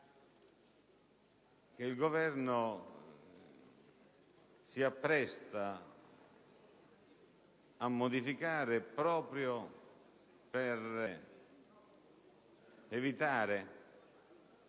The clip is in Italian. che il Governo si appresta a modificare proprio per evitare